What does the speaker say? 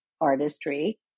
artistry